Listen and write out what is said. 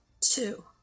Two